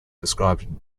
described